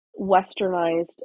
westernized